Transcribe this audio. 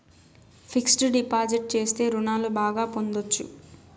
fixed deposit చేస్తే రుణాలు బాగా పొందొచ్చు